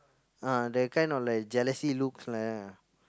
ah that kind of like jealousy looks like that ah